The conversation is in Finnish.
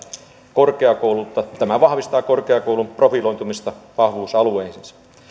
korkeakoululta tämä vahvistaa korkeakoulun profiloitumista vahvuusalueihinsa